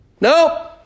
Nope